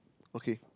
okay